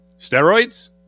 Steroids